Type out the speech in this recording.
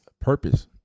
Purpose